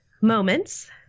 moments